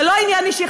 זה לא עניין אישי,